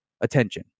attention